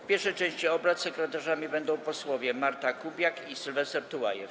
W pierwszej części obrad sekretarzami będą posłowie Marta Kubiak i Sylwester Tułajew.